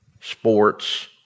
sports